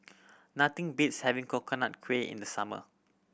nothing beats having Coconut Kuih in the summer